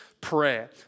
prayer